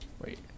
Wait